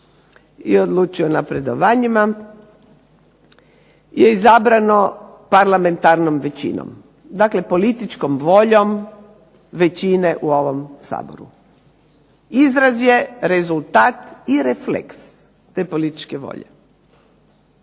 i odlučuje o napredovanjima je izabrano parlamentarnom većinom. Dakle, političkom voljom većine u ovom Saboru. Izraz je rezultat i refleks te političke volje.